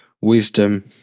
wisdom